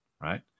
right